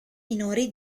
minori